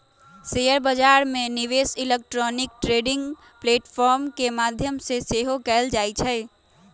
share बजार में निवेश इलेक्ट्रॉनिक ट्रेडिंग प्लेटफॉर्म के माध्यम से सेहो कएल जाइ छइ